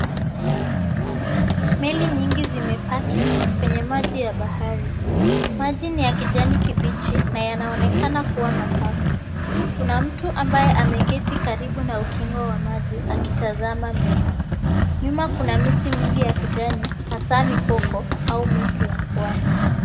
Meli nyingi zimepaki kwenye maji ya bahari. Maji ni ya kijani kibichi na yanaonekana kuwa masafi. Kuna mtu ambaye ameketi karibu na ukingo wa maji akitazama meli. Nyuma kuna miti mingi ya kijani hasa mikoko au miti ya pwani.